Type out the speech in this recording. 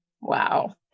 Wow